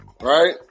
Right